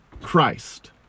Christ